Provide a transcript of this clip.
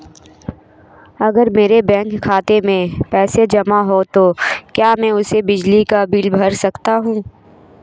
अगर मेरे बैंक खाते में पैसे जमा है तो क्या मैं उसे बिजली का बिल भर सकता हूं?